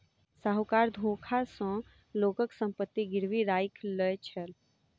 साहूकार धोखा सॅ लोकक संपत्ति गिरवी राइख लय छल